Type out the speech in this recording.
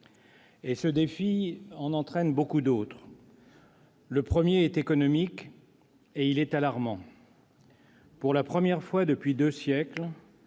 Ce défi en entraîne beaucoup d'autres. Le premier est économique, et il est alarmant. Pour la première fois depuis deux siècles,